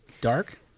Dark